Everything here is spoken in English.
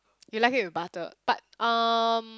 you like it with butter but um